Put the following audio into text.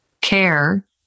care